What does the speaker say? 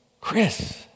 Chris